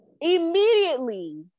Immediately